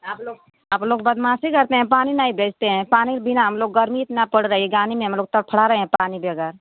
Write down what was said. आप लोग आप लोग बदमाशी करते हैं पानी नहीं भेजते हैं पानी के बिना हम लोग गर्मी इतना पड़ रही है गानी में हम लोग तड़फड़ा रहे हैं पानी बगैर